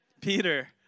Peter